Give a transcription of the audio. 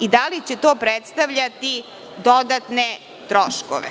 i da li će to predstavljati dodatne troškove?